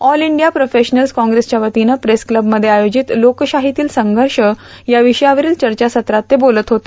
all India professionals काँग्रेसच्या वतीनं press क्लबमध्ये आयोजित लोकशाहीतील संघर्ष या विषयावरील चर्चासत्रात ते बोलत होते